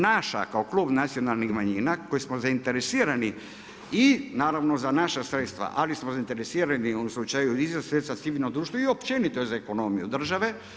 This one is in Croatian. Naša kao klub nacionalnih manjina koji smo zainteresirani i naravnao za naša sredstva, ali smo zainteresirani i u slučaju i za sredstva civilnog društva i općenito za ekonomiju države.